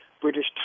British